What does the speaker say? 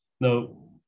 Now